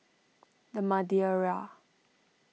the Madeira